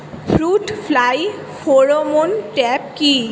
Fruit fly pheromone trap কি?